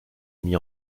mis